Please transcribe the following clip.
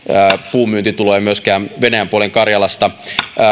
puunmyyntituloja myöskään venäjän puolen karjalasta